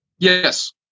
Yes